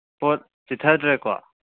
ꯄꯣꯠ ꯆꯤꯠꯊꯗ꯭ꯔꯦꯀꯣ